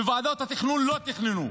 וועדות התכנון לא תכננו.